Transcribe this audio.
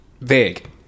vague